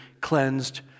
cleansed